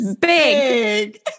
big